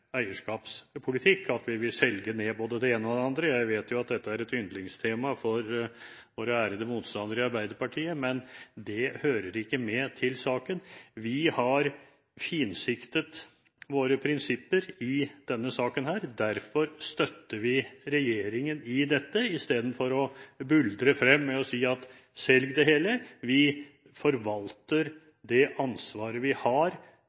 og at vi vil selge ned både det ene og det andre – jeg vet jo at dette er et yndlingstema for våre ærede motstandere i Arbeiderpartiet – hører ikke til saken. Vi har finsiktet våre prinsipper i denne saken. Derfor støtter vi regjeringen i dette, istedenfor å buldre frem og si: Selg det hele. Vi forvalter det ansvaret vi har